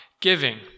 giving